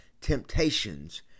temptations